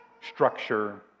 structure